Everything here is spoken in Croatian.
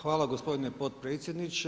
Hvala gospodine potpredsjedniče.